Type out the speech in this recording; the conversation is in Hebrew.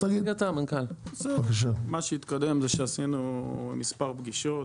מה שהתקדם זה שעשינו מספר פגישות,